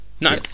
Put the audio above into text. No